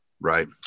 right